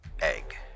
egg